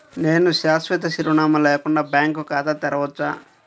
నేను శాశ్వత చిరునామా లేకుండా బ్యాంక్ ఖాతా తెరవచ్చా?